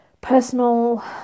personal